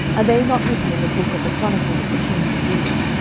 are they not written in the book of the chronicles of the kings of judah?